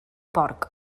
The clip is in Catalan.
porc